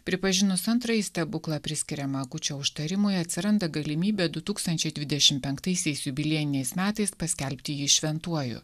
pripažinus antrąjį stebuklą priskiriamą akučio užtarimui atsiranda galimybė du tūkstančiai dvidešim penktaisiais jubiliejiniais metais paskelbti jį šventuoju